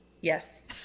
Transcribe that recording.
Yes